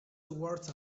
towards